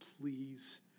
please